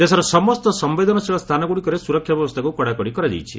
ଦେଶର ସମସ୍ତ ସମ୍ଭେଦନଶୀଳ ସ୍ଥାନଗୁଡ଼ିକରେ ସୁରକ୍ଷା ବ୍ୟବସ୍ଥାକୁ କଡ଼ାକଡ଼ି କରାଯାଇଛି